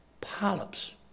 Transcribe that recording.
polyps